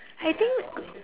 I think